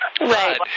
Right